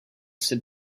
sit